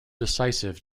decisive